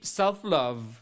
self-love